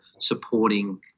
supporting